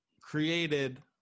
created